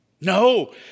No